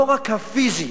לא רק הפיזי,